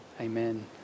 Amen